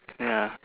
ya